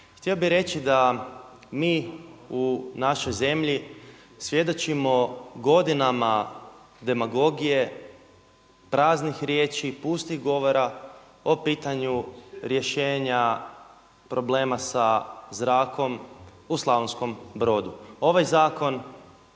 Htio bih reći da mi u našoj zemlji svjedočimo godinama demagogije praznih riječi, pustih govora o pitanju rješenja problema sa zrakom u Slavonskom Brodu. Ovaj zakon